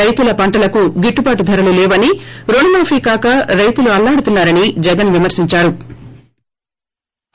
రైతుల పంటలకు గిట్లుబాటు ధరలు లేవని రుణ మాఫీ కాక రైతులు అల్లాడుతున్నా రని జగన్ విమర్పించారు